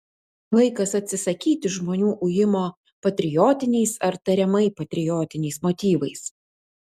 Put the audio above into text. laikas atsisakyti žmonių ujimo patriotiniais ar tariamai patriotiniais motyvais